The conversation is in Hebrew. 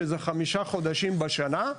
שזה חמישה חודשים בשנה,